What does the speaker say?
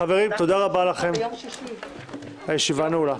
חברים, תודה רבה לכם, הישיבה נעולה.